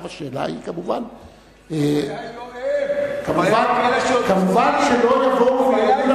הבעיה היא הצבועים, מובן שלא יאמרו לנו